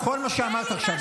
כל מה שאמרת עכשיו.